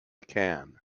can